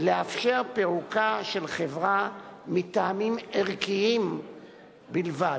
לאפשר פירוקה של חברה מטעמים ערכיים בלבד.